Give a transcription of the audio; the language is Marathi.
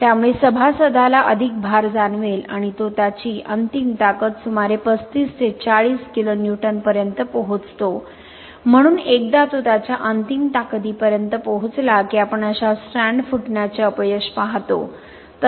त्यामुळे सभासदाला अधिक भार जाणवेल आणि तो त्याची अंतिम ताकद सुमारे 35 ते 40 kN पर्यंत पोहोचतो म्हणून एकदा तो त्याच्या अंतिम ताकदीपर्यंत पोहोचला की आपण अशा स्ट्रँड फुटण्याचे अपयश पाहतो